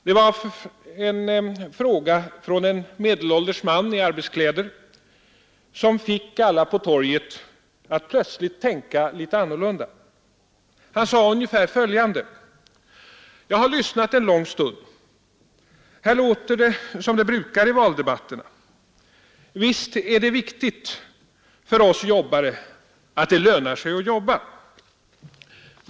Det var en fråga från en medelålders man i arbetskläder som fick alla på torget att tänka litet annorlunda. Han sade ungefär följande: Jag har lyssnat en lång stund. Här låter det som det brukar i valdebatterna. Visst är det viktigt för oss jobbare att det lönar sig att jobba.